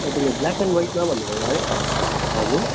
तपाईँले black and वाइटमा भन्नु भयो है हजुर